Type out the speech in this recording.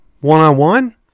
one-on-one